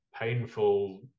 painful